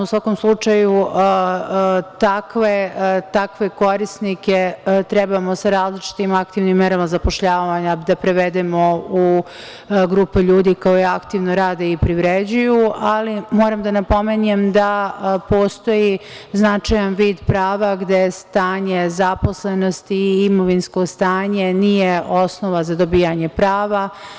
U svakom slučaju takve korisnike trebamo sa različitim aktivnim merama zapošljavanja da prevedemo u grupu ljudi koji aktivno rade i privređuju, ali moram da napomenem da postoji značajan vid prava gde stanje zaposlenosti i imovinsko stanje nije osnova za dobijanje prava.